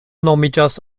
nomiĝas